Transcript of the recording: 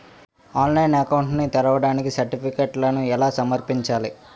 ఆన్లైన్లో అకౌంట్ ని తెరవడానికి సర్టిఫికెట్లను ఎలా సమర్పించాలి?